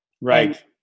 Right